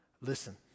listen